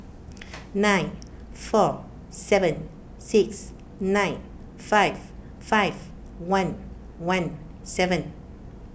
nine four seven six nine five five one one seven